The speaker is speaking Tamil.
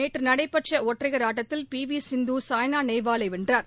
நேற்று நடைபெற்ற ஒற்றையர் ஆட்டத்தில் பி வி சிந்து சாய்னா நேவாலை வென்றார்